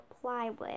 plywood